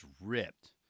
ripped